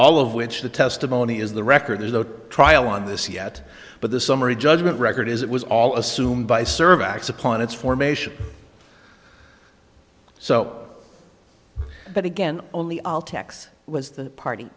all of which the testimony is the record there's no trial on this yet but the summary judgment record is it was all assumed by service x upon its formation so but again only all text was the party